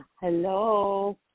Hello